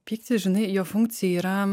pyktis žinai jo funkcija yra